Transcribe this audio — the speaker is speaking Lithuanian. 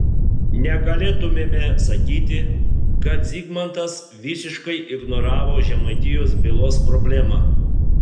negalėtumėme sakyti kad zigmantas visiškai ignoravo žemaitijos bylos problemą